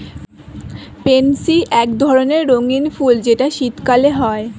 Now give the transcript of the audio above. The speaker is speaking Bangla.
পেনসি এক ধরণের রঙ্গীন ফুল যেটা শীতকালে হয়